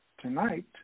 tonight